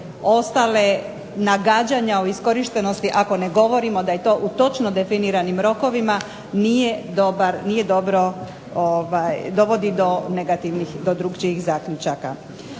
ostala nagađanja o iskorištenosti ako ne govorimo da je to u točno definiranim rokovima nije dobro, dovodi do negativnih,